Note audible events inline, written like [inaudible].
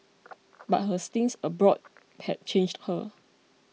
[noise] but her stints abroad had changed her